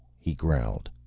he growled.